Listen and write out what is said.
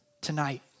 tonight